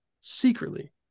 secretly